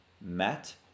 met